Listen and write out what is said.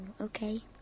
okay